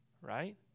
right